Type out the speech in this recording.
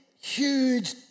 huge